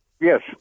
Yes